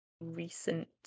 recent